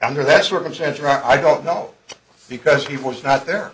under that circumstance or i don't know because he was not there